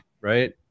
right